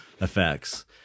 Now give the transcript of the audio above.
effects